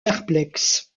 perplexe